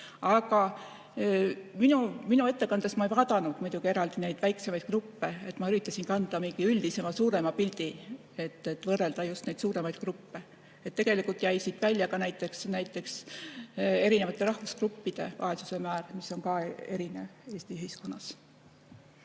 Aga oma ettekandes – ma ei vaadanud muidugi eraldi neid väiksemaid gruppe – ma üritasingi anda mingi üldisema, suurema pildi, et võrrelda just neid suuremaid gruppe. Tegelikult jäi siit välja näiteks erinevate rahvusgruppide vaesuse määr, mis on ka erinev Eesti ühiskonnas.